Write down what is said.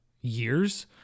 years